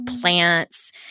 plants